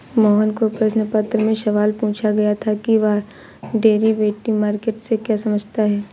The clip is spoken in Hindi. मोहन को प्रश्न पत्र में सवाल पूछा गया था कि वह डेरिवेटिव मार्केट से क्या समझता है?